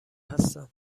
هستم